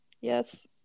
Yes